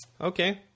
Okay